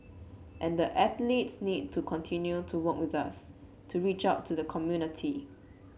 and the athletes need to continue to work with us to reach out to the community